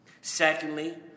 Secondly